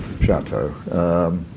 chateau